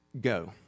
Go